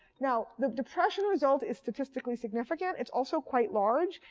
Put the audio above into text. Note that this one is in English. now, the depression result is statistically significant. it's also quite large.